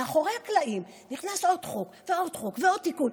מאחורי הקלעים נכנסים עוד חוק ועוד חוק ועוד תיקון.